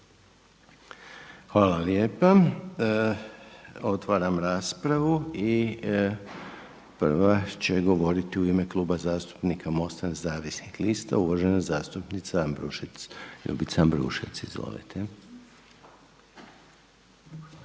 Hvala lijepa. Otvaram raspravu. I prva će govoriti u ime Kluba zastupnika MOST-a Nezavisnih lista uvažena zastupnica Ambrušec. Ljubica Ambrušec, izvolite.